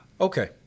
Okay